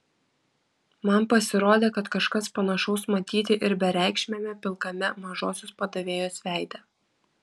man pasirodė kad kažkas panašaus matyti ir bereikšmiame pilkame mažosios padavėjos veide